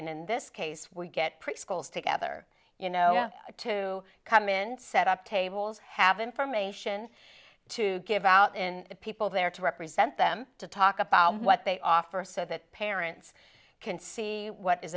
in this case we get preschools together you know to come in set up tables have information to give out in the people there to represent them to talk about what they offer so that parents can see what is